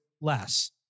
less